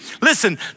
Listen